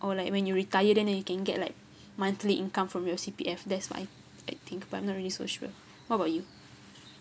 or like when you retire then you can get like monthly income from your C_P_F that's why I think but I'm not really so sure what about you